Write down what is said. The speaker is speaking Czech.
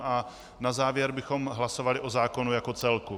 A na závěr bychom hlasovali o zákonu jako celku.